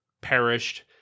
perished